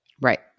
Right